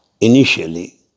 initially